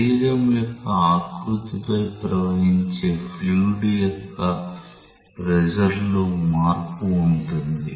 శరీరం యొక్క ఆకృతిపై ప్రవహించే ఫ్లూయిడ్ యొక్క ప్రెషర్ లో మార్పు ఉంటుంది